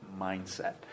mindset